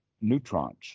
neutrons